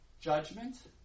judgment